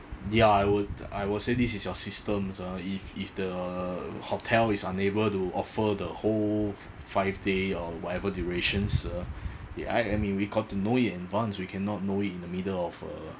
yeah I would I will say this is your systems uh if is the hotel is unable to offer the whole five day or whatever durations uh yeah I I mean we got to know in advance we cannot know it in the middle of uh